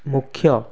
ମୁଖ୍ୟ